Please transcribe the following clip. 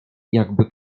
jakby